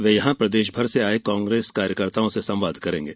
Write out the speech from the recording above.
वे यहां प्रदेश भर से आए कांग्रेस कार्यकर्ताओं संवाद करेंगे